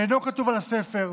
שאינו כתוב על ספר,